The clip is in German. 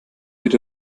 wird